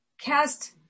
cast